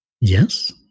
Yes